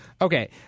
Okay